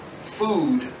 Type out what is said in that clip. food